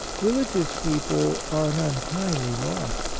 religious people are an unkindly lot.